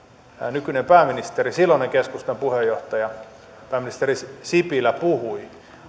nykyinen pääministeri silloinen keskustan puheenjohtaja pääministeri sipilä puhui